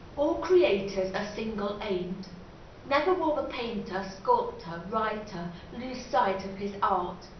all creators are single-aimed. never will the painter, sculptor, writer lose sight of his art.